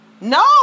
No